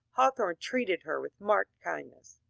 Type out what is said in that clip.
haw thorne treated her with marked kindness.